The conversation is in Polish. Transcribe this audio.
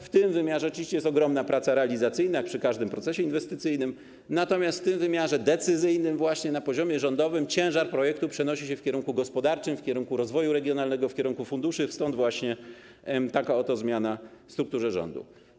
W tym wymiarze oczywiście jest ogromna praca realizacyjna, jak przy każdym procesie inwestycyjnym, natomiast w wymiarze decyzyjnym, na poziomie rządowym, ciężar realizacji projektu przenosi się w kierunku gospodarczym, w kierunku rozwoju regionalnego, w kierunku funduszu, stąd właśnie taka oto zmiana w strukturze rządu.